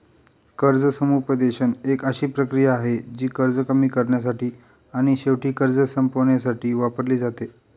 कर्ज समुपदेशन एक अशी प्रक्रिया आहे, जी कर्ज कमी करण्यासाठी आणि शेवटी कर्ज संपवण्यासाठी वापरली जाते